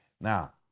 Now